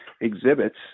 exhibits